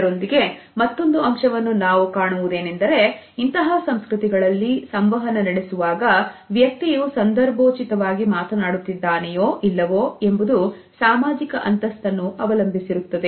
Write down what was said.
ಇದರೊಂದಿಗೆ ಮತ್ತೊಂದು ಅಂಶವನ್ನು ನಾವು ಕಾಣುವುದು ಏನೆಂದರೆ ಇಂತಹ ಸಂಸ್ಕೃತಿಗಳಲ್ಲಿ ಸಂವಹನ ನಡೆಸುವಾಗ ವ್ಯಕ್ತಿಯು ಸಂದರ್ಭೋಚಿತವಾಗಿ ಮಾತನಾಡುತ್ತಿದ್ದಾನೆ ಯು ಇಲ್ಲವೋ ಎಂಬುದು ಸಾಮಾಜಿಕ ಅಂತಸ್ತನ್ನು ಅವಲಂಬಿಸಿರುತ್ತದೆ